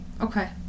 okay